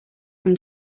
from